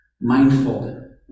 mindful